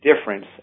difference